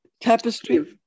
tapestry